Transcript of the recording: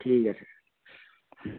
ठीक ऐ सर